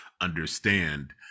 understand